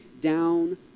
down